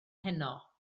heno